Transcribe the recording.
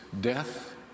death